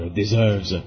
deserves